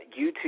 YouTube